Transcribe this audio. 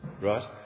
Right